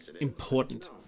important